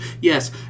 Yes